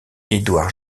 edouard